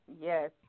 Yes